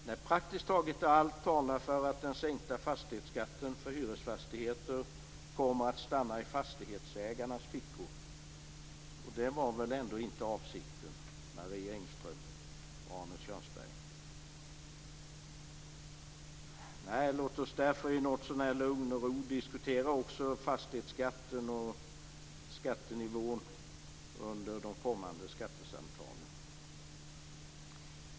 Nej, praktiskt taget allt talar för att den sänkta fastighetsskatten för hyresfastigheter kommer att stanna i fastighetsägarnas fickor. Det var väl ändå inte avsikten, Marie Engström och Arne Kjörnsberg. Nej, låt oss därför i något så när lugn och ro diskutera också fastighetsskatten och dess nivå under de kommande skattesamtalen!